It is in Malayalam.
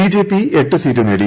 ബിജെപി എട്ട് സീറ്റ് നേടി